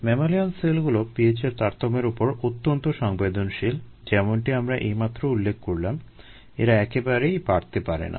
mammalian সেলগুলো pH এর তারতম্যের উপর অত্যন্ত সংবেদনশীল যেমনটি আমরা এইমাত্র উল্লেখ করলাম এরা একেবারেই বাড়তে পারে না